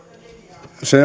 se